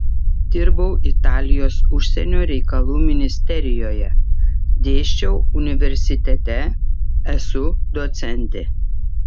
dirbau italijos užsienio reikalų ministerijoje dėsčiau universitete esu docentė